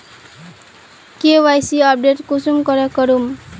KYC update कुंसम करे करूम?